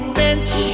bench